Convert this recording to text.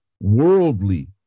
worldly